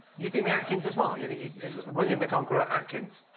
you think the atkins as well? you think he's william the conqueror atkins?